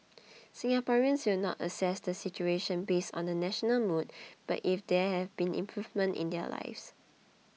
Singaporeans will not assess the situation based on the national mood but if there have been improvements in their lives